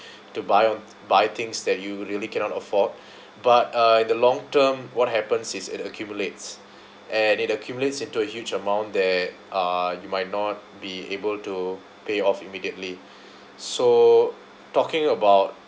to buy buy things that you really cannot afford but uh in the long term what happens is it accumulates and it accumulates into a huge amount that uh you might not be able to pay off immediately so talking about